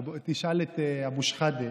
בוא תשאל את אבו שחאדה,